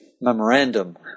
memorandum